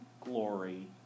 glory